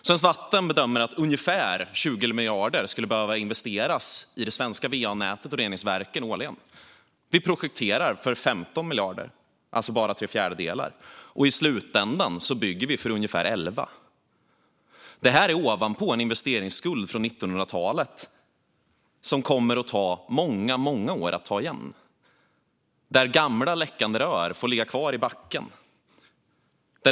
Svenskt Vatten bedömer att ungefär 20 miljarder skulle behöva investeras i det svenska va-nätet och reningsverken årligen. Vi projekterar för 15 miljarder, alltså bara tre fjärdedelar. Och i slutändan bygger vi för ungefär 11. Detta är ovanpå en investeringsskuld från 1900-talet, som kommer att ta många år att ta igen. Gamla läckande rör får ligga kvar i backen.